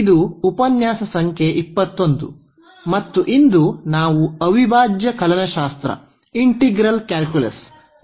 ಇದು ಉಪನ್ಯಾಸ ಸಂಖ್ಯೆ 21 ಮತ್ತು ಇಂದು ನಾವು ಅವಿಭಾಜ್ಯ ಕಲನಶಾಸ್ತ್ರ